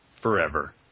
forever